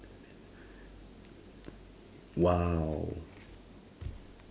!wow!